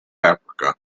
africa